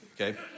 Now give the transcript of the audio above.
okay